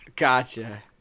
Gotcha